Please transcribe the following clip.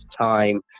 time